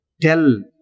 tell